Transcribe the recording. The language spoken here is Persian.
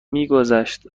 رسیدیم